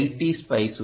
D ஸ்பைஸுடன்